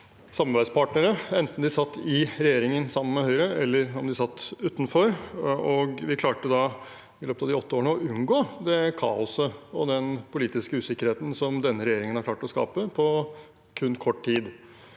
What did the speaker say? samarbeidspartnere, enten de satt i regjeringen sammen med Høyre eller de satt utenfor, og vi klarte i løpet av de åtte årene å unngå det kaoset og den politiske usikkerheten som denne regjeringen har klart å skape på kun kort tid.